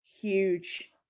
huge